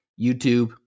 YouTube